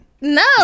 No